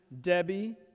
Debbie